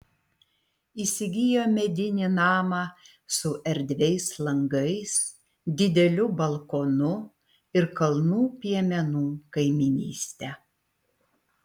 įsigijo medinį namą su erdviais langais dideliu balkonu ir kalnų piemenų kaimynyste